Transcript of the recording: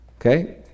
okay